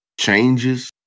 changes